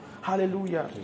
Hallelujah